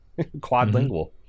quadlingual